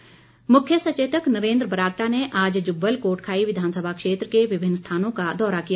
बरागटा मुख्य सचेतक नरेन्द्र बरागटा ने आज जुब्बल कोटखाई विधानसभा क्षेत्र के विभिन्न स्थानों का दौरा किया